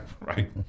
Right